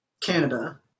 Canada